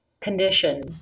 condition